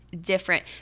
different